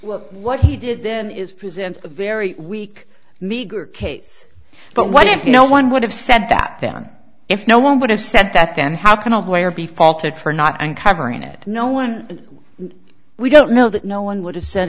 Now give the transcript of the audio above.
what he did then is present a very weak meager case but what if no one would have said that then if no one would have said that then how can a way or be faulted for not uncovering it no one we don't know that no one would have said